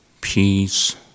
peace